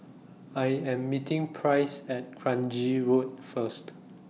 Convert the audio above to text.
I Am meeting Price At Kranji Road First